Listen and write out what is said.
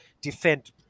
defend